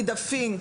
אידה פינק